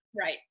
Right